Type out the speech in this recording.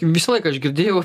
visą laiką aš girdėjau